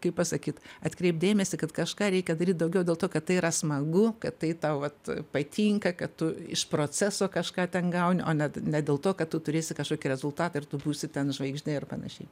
kaip pasakyt atkreipt dėmesį kad kažką reikia daryt daugiau dėl to kad tai yra smagu kad tai tau vat patinka kad tu iš proceso kažką ten gauni o net ne dėl to kad tu turėsi kašokį rezultatą ir tu būsi ten žvaigždė ir panašiai